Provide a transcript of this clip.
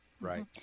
Right